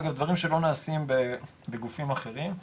אגב דברים שלא נעשים בגופים אחרים.